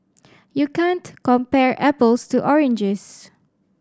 you can't compare apples to oranges